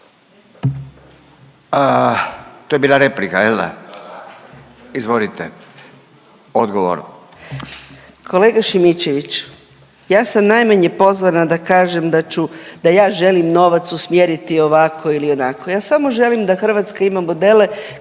**Mrak-Taritaš, Anka (GLAS)** Kolega Šimičević, ja sam najmanje pozvana da kažem da ću da ja želim novac usmjeriti ovako ili onako, ja samo želim da Hrvatska ima modele kao